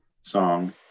song